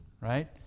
Right